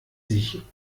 sich